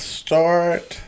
start